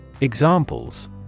Examples